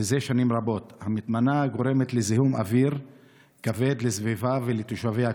וזה שנים רבות המטמנה גורמת לזיהום אוויר כבד לסביבה ולתושבי הכפר.